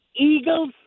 Eagles